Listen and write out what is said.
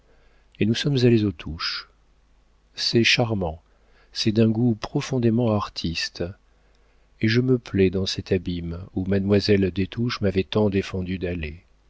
et nous sommes allés aux touches c'est charmant c'est d'un goût profondément artiste et je me plais dans cet abîme où mademoiselle des touches m'avait tant défendu d'aller